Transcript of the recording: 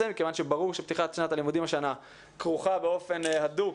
מכיוון שברור שפתיחת שנת הלימודים השנה כרוכה באופן הדוק